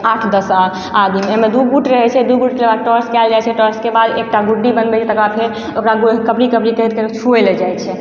आठ दस आ आदमी एहिमे दू गुट रहै छै दू गुटके बाद टॉस कएल जाइ छै टॉसके बाद एकटा गुड्डी बनबै छै तकर बाद फेर ओकरा कबडी कबडी कहैत लोक छुअइ लए जाइ छै